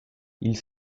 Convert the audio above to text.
ils